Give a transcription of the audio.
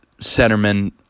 centerman